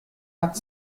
hat